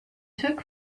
took